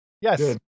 Yes